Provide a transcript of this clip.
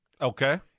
Okay